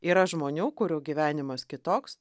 yra žmonių kurių gyvenimas kitoks